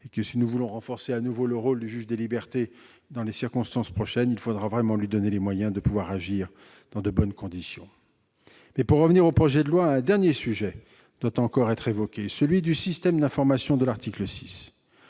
; si nous voulons renforcer de nouveau le rôle du juge des libertés dans les circonstances prochaines, il faudra vraiment donner à ce dernier les moyens d'agir dans de bonnes conditions. J'en reviens au projet de loi, car un sujet doit encore être évoqué, celui du système d'information prévu à l'article 6.